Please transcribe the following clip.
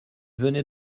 venait